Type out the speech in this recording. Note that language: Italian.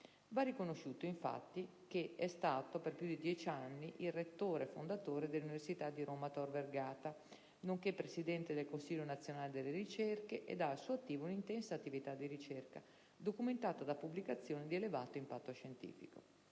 Va riconosciuto, infatti, che egli è stato per più di dieci anni il rettore fondatore dell'università di Roma Tor Vergata, nonché presidente del Consiglio nazionale delle ricerche ed ha al suo attivo un'intensa attività di ricerca, documentata da pubblicazioni di elevato impatto scientifico.